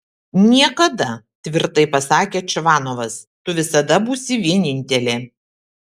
niekada tvirtai pasakė čvanovas tu visada būsi vienintelė